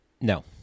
No